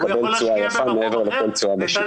ומקבל תשואה יפה מעבר לכל תשואה בשוק.